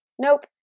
Nope